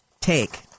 take